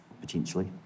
potentially